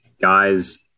guys